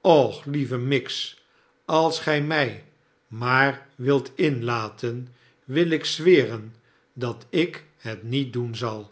och lieve miggs als gij mij maar wilt inlaten wil ik zweren dat ik het niet doen zal